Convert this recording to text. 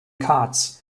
katz